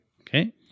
okay